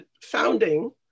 founding